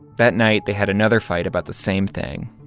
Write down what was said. that night they had another fight about the same thing.